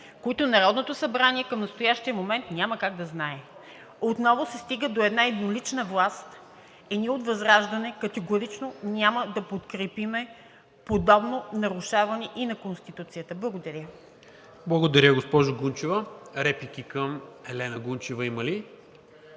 които Народното събрание към настоящия момент няма как да знае. Отново се стига до една еднолична власт и ние от ВЪЗРАЖДАНЕ категорично няма да подкрепим подобно нарушаване и на Конституцията. Благодаря. ПРЕДСЕДАТЕЛ НИКОЛА МИНЧЕВ: Благодаря, госпожо Гунчева. Реплики към Елена Гунчева има ли?